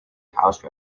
house